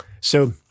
So-